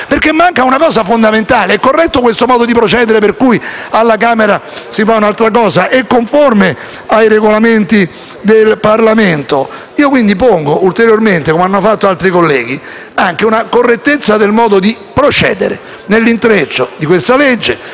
perché manca una cosa fondamentale. È corretto questo modo procedere per cui alla Camera si fa un'altra cosa? È conforme ai Regolamenti del Parlamento? Pongo quindi ulteriormente, come già altri colleghi, una questione sulla correttezza del modo di procedere nell'intreccio di questo